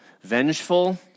vengeful